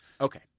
Okay